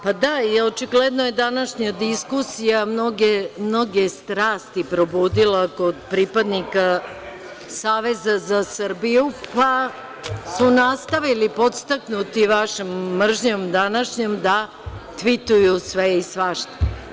Pa da, jer očigledno je današnja diskusija mnoge strasti probudila kod pripadnika Saveza za Srbiju, pa su nastavili, podstaknuti vašom mržnjom današnjom, da tvituju sve i svašta.